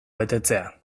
betetzea